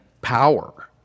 power